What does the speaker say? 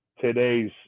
today's